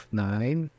nine